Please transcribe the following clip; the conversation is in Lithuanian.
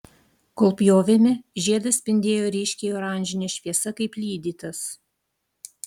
kol pjovėme žiedas spindėjo ryškiai oranžine šviesa kaip lydytas